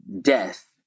death